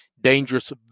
dangerous